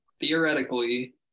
theoretically